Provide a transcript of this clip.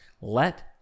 let